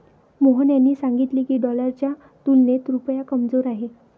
मोहन यांनी सांगितले की, डॉलरच्या तुलनेत रुपया कमजोर आहे